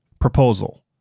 Proposal